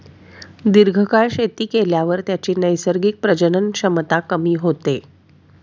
दीर्घकाळ शेती केल्यावर त्याची नैसर्गिक प्रजनन क्षमता कमी होते